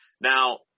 now